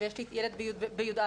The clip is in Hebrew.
ויש לי ילד בי"א,